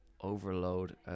overload